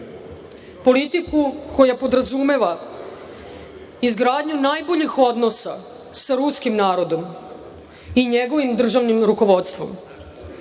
politiku koja podrazumeva izgradnju najboljih odnosa sa ruskim narodom i njegovim državnim rukovodstvom.